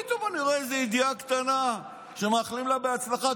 פתאום אני רואה איזה ידיעה קטנה שבה מאחלים לה הצלחה.